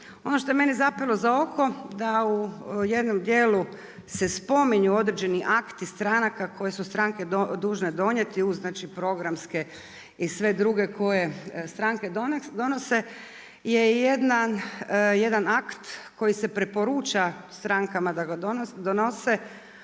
Ono što je meni zapelo za oko, da u jednom dijelu se spominju određeni akti stranaka, koje su stranke dužen donijeti, uz znači programske i sve druge koje stranke donose je jedan akt koji se preporuča strankama da ga donose,